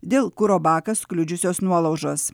dėl kuro baką kliudžiusios nuolaužos